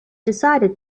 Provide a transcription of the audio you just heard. decided